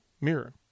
mirror